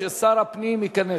אנחנו ממשיכים,